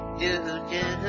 do-do